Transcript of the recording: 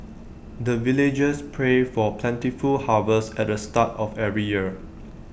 the villagers pray for plentiful harvest at the start of every year